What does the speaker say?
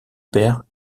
père